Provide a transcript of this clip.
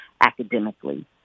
academically